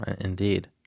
Indeed